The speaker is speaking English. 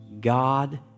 God